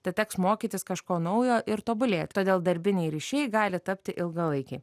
tad teks mokytis kažko naujo ir tobulėt todėl darbiniai ryšiai gali tapti ilgalaikiai